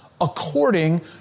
according